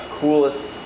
coolest